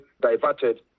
diverted